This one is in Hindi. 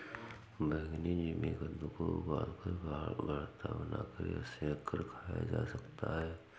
बैंगनी जिमीकंद को उबालकर, भरता बनाकर या सेंक कर खाया जा सकता है